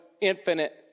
infinite